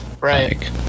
Right